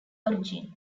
origin